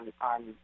on